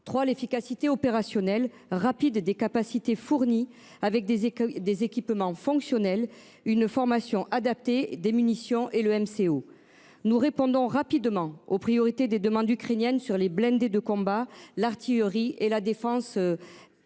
est l'efficacité opérationnelle rapide des capacités fournies, avec des équipements fonctionnels, une formation adaptée, des munitions et le MCO (maintien en condition opérationnelle). Nous répondons rapidement aux priorités des demandes ukrainiennes sur les blindés de combat, l'artillerie et la défense sol-air.